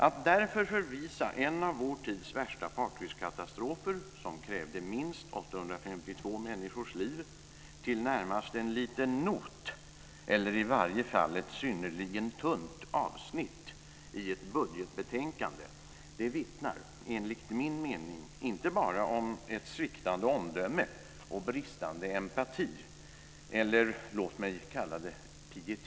Att därför förvisa en av vår tids värsta fartygskatastrofer, som krävde minst 852 människors liv, till närmast en liten not, eller i varje fall ett synnerligen tunt avsnitt, i ett budgetbetänkande vittnar enligt min mening inte bara om sviktande omdöme och bristande empati eller, låt mig kalla det, pietet.